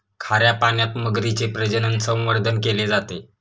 खाऱ्या पाण्यात मगरीचे प्रजनन, संवर्धन केले जाते